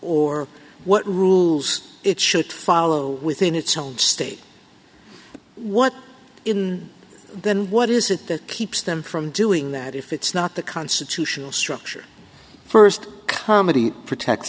or what rules it should follow within its own state what in the end what is it that keeps them from doing that if it's not the constitutional structure first comedy protect